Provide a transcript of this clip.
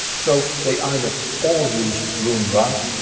so they either all use roon raat,